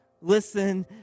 listen